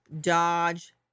Dodge